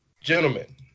Gentlemen